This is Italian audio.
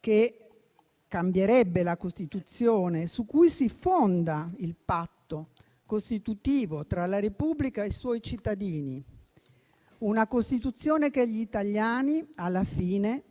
che cambierebbe la Costituzione su cui si fonda il patto costitutivo tra la Repubblica e i suoi cittadini; una Costituzione che gli italiani, alla fine,